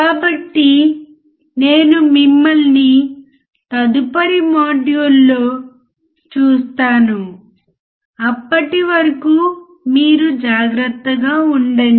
కాబట్టి నేను మిమ్మల్ని తదుపరి మాడ్యూల్లో చూస్తాను జాగ్రత్త వహించండి